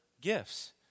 gifts